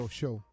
show